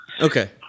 Okay